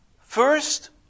First